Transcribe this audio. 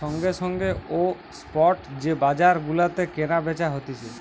সঙ্গে সঙ্গে ও স্পট যে বাজার গুলাতে কেনা বেচা হতিছে